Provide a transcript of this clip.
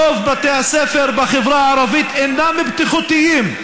רוב בתי הספר בחברה הערבית אינם בטיחותיים,